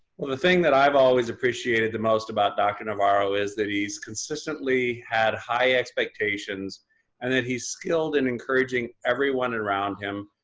well the thing that i've always appreciated the most about dr. navarro is that he's consistently had high expectations and that he's skilled in encouraging everyone around him,